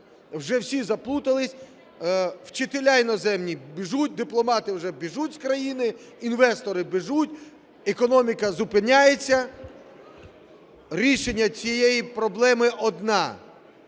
Вже всі заплутались. Вчителі іноземці біжать, дипломати вже біжать з країни, інвестори біжать, економіка зупиняється. Рішення цієї проблеми одне